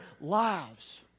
lives